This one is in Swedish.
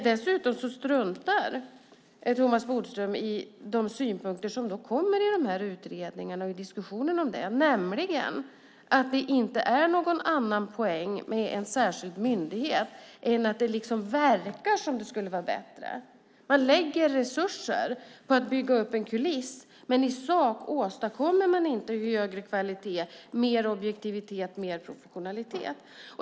Vidare struntar Thomas Bodström i de synpunkter som kom fram i de här utredningarna och diskussionen, nämligen att det inte är någon annan poäng med en särskild myndighet än att det verkar som att det skulle vara bättre. Man lägger resurser på att bygga upp en kuliss, men i sak åstadkommer man inte högre kvalitet, mer objektivitet, mer professionalism.